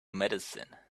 medicine